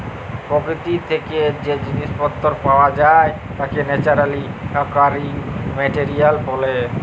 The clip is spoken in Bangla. পরকিতি থ্যাকে যে জিলিস পত্তর পাওয়া যায় তাকে ন্যাচারালি অকারিং মেটেরিয়াল ব্যলে